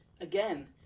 Again